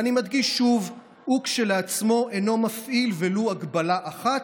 אני מדגיש שוב: הוא כשלעצמו אינו מפעיל ולו הגבלה אחת,